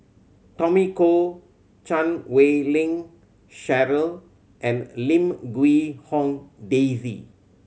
Tommy Koh Chan Wei Ling Cheryl and Lim Quee Hong Daisy